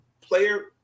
player